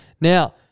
Now